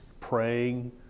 praying